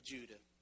Judah